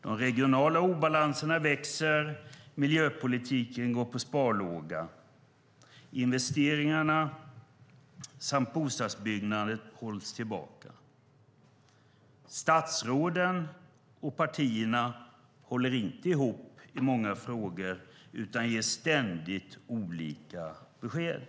De regionala obalanserna växer. Miljöpolitiken går på sparlåga. Investeringar samt bostadsbyggande hålls tillbaka. Statsråden och partierna håller inte ihop i många frågor utan ger ständigt olika besked.